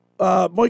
Mike